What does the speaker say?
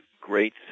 great